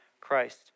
Christ